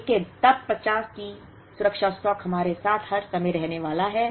लेकिन तब 50 का सुरक्षा स्टॉक हमारे साथ हर समय रहने वाला है